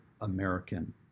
American